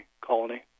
colony